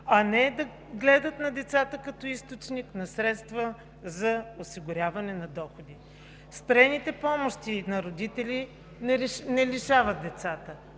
а не да гледат на децата като източник на средства за осигуряване на доходи. Спрените помощи на родители не лишават децата.